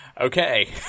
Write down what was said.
Okay